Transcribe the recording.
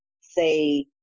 say